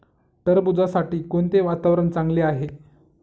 टरबूजासाठी कोणते वातावरण चांगले आहे?